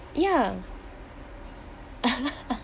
ya